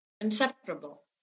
inseparable